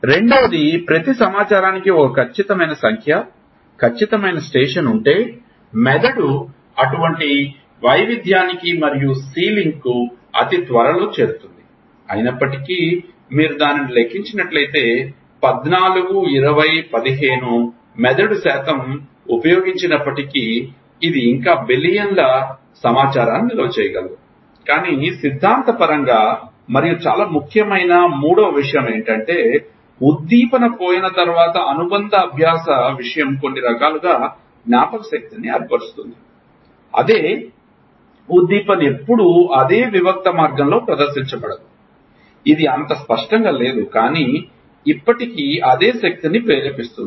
రెండవది ప్రతి సమాచారానికి ఒక ఖచ్చితమైన సంఖ్య ఖచ్చితమైన స్టేషన్ ఉంటే మెదడు అటువంటి వైవిధ్యానికి మరియు సీలింగ్కు అతి త్వరలో చేరుతుంది అయినప్పటికీ మీరు దానిని లెక్కించినట్లయితే 14 20 15 మెదడు శాతం ఉపయోగించినప్పటికీ అది ఇంకా బిలియన్ల సమాచారాన్ని నిల్వ చేయగలదు కానీ సిద్ధాంతపరంగా మరియు చాలా ముఖ్యమైన మూడవ విషయం ఏమిటంటే ఉద్దీపన పోయిన తర్వాత అనుబంధ అభ్యాస విషయం కొన్నిరకాలుగా జ్ఞాపకశక్తిని ఏర్పరుస్తుంది అదే ఉద్దీపన ఎప్పుడూ అదే వివిక్త మార్గంలో ప్రదర్శించబడదు ఇది అంత స్పష్టంగా లేదు కానీ అది ఇప్పటికీ అదే శక్తిని ప్రేరేపిస్తుంది